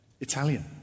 Italian